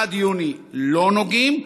עד יוני לא נוגעים,